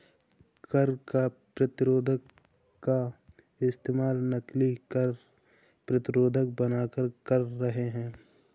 कर प्रतिरोध का इस्तेमाल नकली कर प्रतिरोधक बनकर कर रहे हैं